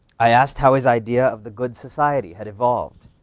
i asked how his idea of the good society had evolved.